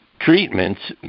treatments